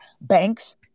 banks